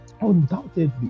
undoubtedly